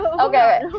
Okay